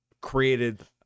created